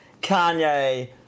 Kanye